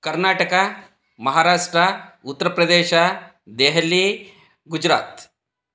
Karnataka Maharashtra Uttar Pradesh Delhi Gujarat